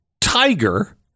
tiger